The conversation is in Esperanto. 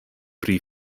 pri